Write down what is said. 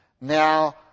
now